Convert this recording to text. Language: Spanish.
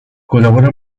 colabora